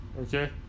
Okay